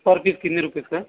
पर पीस कितने रुपये का